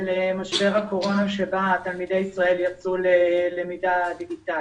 משבר הקורונה בה תלמידי ישראל יצאו ללמידה דיגיטלית.